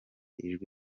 ijwi